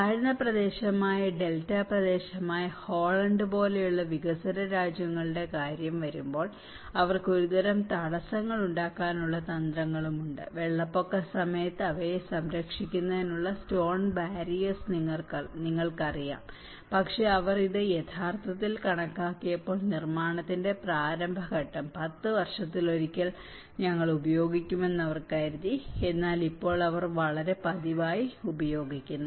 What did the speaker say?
താഴ്ന്ന പ്രദേശമായ ഡെൽറ്റ പ്രദേശമായ ഹോളണ്ട് പോലുള്ള വികസ്വര രാജ്യങ്ങളുടെ കാര്യം വരുമ്പോൾ അവർക്ക് ഒരുതരം തടസ്സങ്ങൾ ഉണ്ടാക്കാനുള്ള തന്ത്രങ്ങളും ഉണ്ട് വെള്ളപ്പൊക്ക സമയത്ത് അവയെ സംരക്ഷിക്കുന്നതിനുള്ള സ്റ്റോൺ ബാരിയർസ് നിങ്ങൾക്കറിയാം പക്ഷേ അവർ ഇത് യഥാർത്ഥത്തിൽ കണക്കാക്കിയപ്പോൾ നിർമ്മാണത്തിന്റെ പ്രാരംഭ ഘട്ടം 10 വർഷത്തിലൊരിക്കൽ ഞങ്ങൾ ഉപയോഗിക്കാമെന്ന് അവർ കരുതി എന്നാൽ ഇപ്പോൾ അവർ വളരെ പതിവായി ഉപയോഗിക്കുന്നു